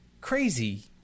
crazy